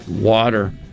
water